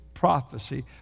Prophecy